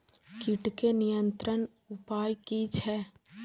कीटके नियंत्रण उपाय कि छै?